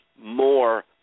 more